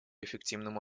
эффективному